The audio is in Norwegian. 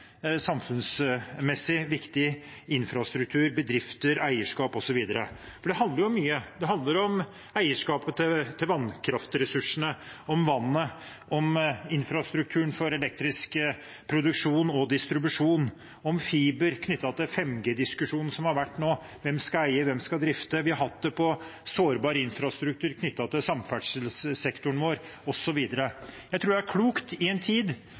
samfunnsmessig viktig infrastruktur, bedrifter, eierskap osv. Det handler om mye, det handler om eierskapet til vannkraftressursene, om vannet, om infrastrukturen for elektrisk produksjon og distribusjon, om fiber knyttet til 5G-diskusjonen som har vært nå – hvem skal eie, hvem skal drifte – og vi har hatt det når det gjelder sårbar infrastruktur knyttet til samferdselssektoren osv. Jeg tror det i en tid